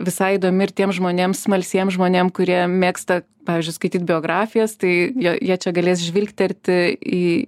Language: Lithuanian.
visai įdomi ir tiems žmonėms smalsiems žmonėms kurie mėgsta pavyzdžiui skaityt biografijas tai jie čia galės žvilgterti į